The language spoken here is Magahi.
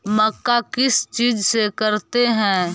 मक्का किस चीज से करते हैं?